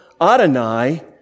Adonai